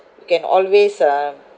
you can always um